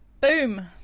boom